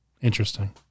interesting